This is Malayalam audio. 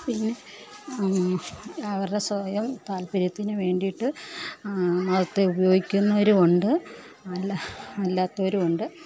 പിന്നെ അവരുടെ സ്വയം താൽപ്പര്യത്തിന് വേണ്ടിയിട്ട് മതത്തെ ഉപയോഗിക്കുന്നവരുമുണ്ട് അല്ല അല്ലാത്തവരും ഉണ്ട്